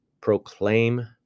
proclaim